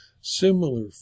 similar